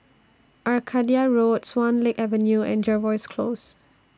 Arcadia Road Swan Lake Avenue and Jervois Close